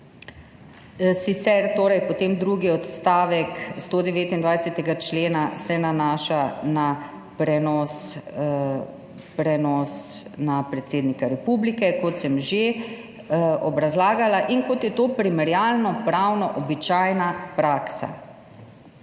ni. Drugi odstavek 129. člena se nanaša na prenos na predsednika republike, kot sem že obrazlagala in kot je to primerjalnopravno običajna praksa.